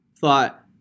thought